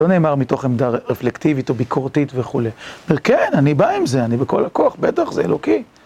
לא נאמר מתוך עמדה רפלקטיבית או ביקורתית וכו'. על כן, אני בא עם זה, אני בכל הכוח, בטח זה אלוקי.